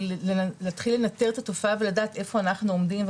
והתחיל לנטר את התופעה ולדעת איפה אנחנו עומדים,